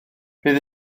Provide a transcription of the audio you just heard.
bydd